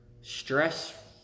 stress